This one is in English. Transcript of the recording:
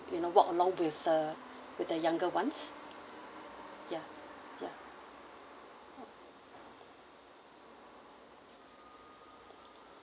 you know walk along with the with the younger one's ya ya